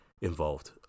involved